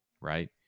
right